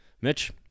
Mitch